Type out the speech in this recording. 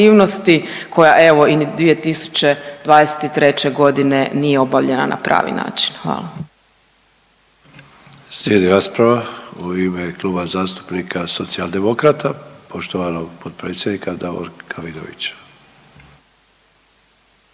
koja evo ni 2023.g. nije obavljena na pravi način, hvala. **Sanader, Ante (HDZ)** Slijedi rasprava u ime Kluba zastupnika Socijaldemokrata poštovanog potpredsjednika Davorka Vidovića.